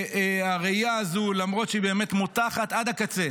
והראייה הזו, למרות שהיא באמת מותחת עד הקצה